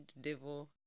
devil